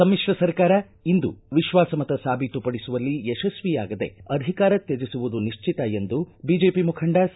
ಸಮ್ತಿಶ್ರ ಸರ್ಕಾರ ಇಂದು ವಿಶ್ವಾಸ ಮತ ಸಾಬೀತು ಪಡಿಸುವಲ್ಲಿ ಯಶಸ್ವಿಯಾಗದೇ ಅಧಿಕಾರ ತ್ವಜಿಸುವುದು ನಿಶ್ಚಿತ ಎಂದು ಬಿಜೆಪಿ ಮುಖಂಡ ಸಿ